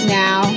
now